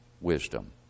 wisdom